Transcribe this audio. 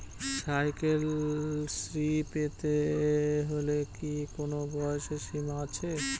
Cycle Shri পেতে হলে কি কোনো বয়সের সীমা আছে?